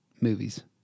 movies